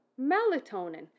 melatonin